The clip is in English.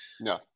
No